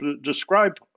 Describe